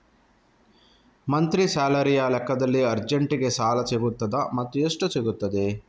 Monthly ಸ್ಯಾಲರಿಯ ಲೆಕ್ಕದಲ್ಲಿ ಅರ್ಜೆಂಟಿಗೆ ಸಾಲ ಸಿಗುತ್ತದಾ ಮತ್ತುಎಷ್ಟು ಸಿಗುತ್ತದೆ?